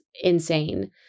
insane